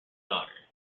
daughter